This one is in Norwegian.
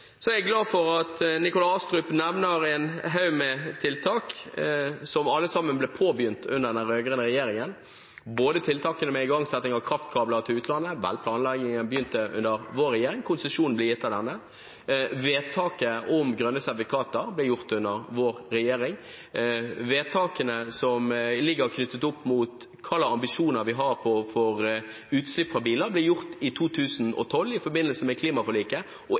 så lykkes han veldig godt med å føre en dårlig politikk. For resultatet er uteblitte investeringer, og det er det vi er opptatt av. Jeg er glad for at Nikolai Astrup nevner en haug med tiltak, som alle sammen ble påbegynt under den rød-grønne regjeringen. Både tiltakene med igangsetting av kraftkabler til utlandet – planleggingen begynte under vår regjering, konsesjonen ble gitt av denne – og vedtaket om grønne sertifikater ble gjort under vår regjering. Vedtakene som ligger knyttet til hvilke ambisjoner vi